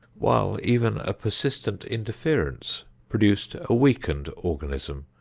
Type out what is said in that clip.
while even a persistent interference produced a weakened organism,